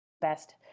best